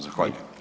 Zahvaljujem.